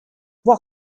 what